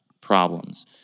problems